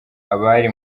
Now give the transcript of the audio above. abari